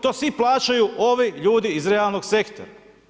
To sve plaćaju ovi ljudi iz realnog sektora.